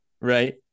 right